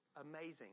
amazing